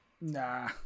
Nah